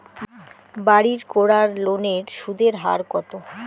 বাড়ির করার লোনের সুদের হার কত?